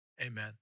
Amen